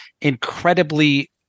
incredibly